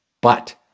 But-